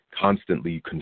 Constantly